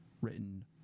written